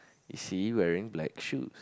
is he wearing black shoes